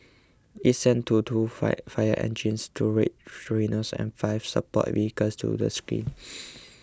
it sent two to five fire engines two Red Rhinos and five support vehicles to the scene